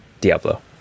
Diablo